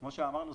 כמו שאמרנו,